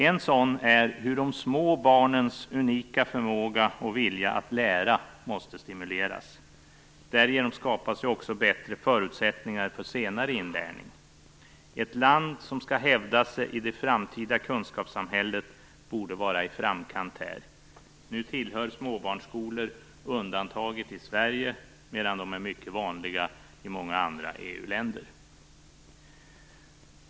En sådan är att de små barnens unika förmåga och vilja att lära måste stimuleras. Därigenom skapas också bättre förutsättningar för senare inlärning. Ett land som skall hävda sig i det framtida kunskapssamhället borde vara i framkant här. Nu tillhör småbarnsskolor undantaget i Sverige, medan de är mycket vanliga i många andra EU-länder.